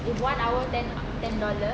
if one hour ten ten dollar